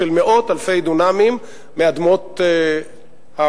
של מאות אלפי דונמים מאדמות המדינה,